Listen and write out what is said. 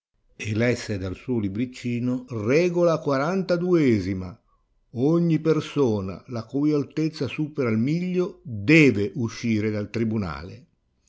e lesse dal suo libriccino regola quarantaduesima ogni persona la cui altezza supera il miglio deve uscire dal tribunale